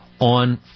on